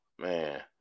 man